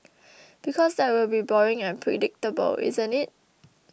because that will be boring and predictable isn't it